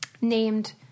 named